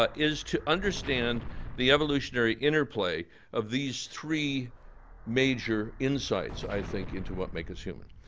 ah is to understand the evolutionary interplay of these three major insights, i think, into what make us human.